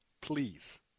Please